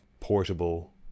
portable